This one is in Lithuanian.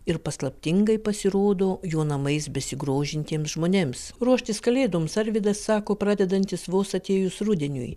ir paslaptingai pasirodo jo namais besigrožintiems žmonėms ruoštis kalėdoms arvydas sako pradedantis vos atėjus rudeniui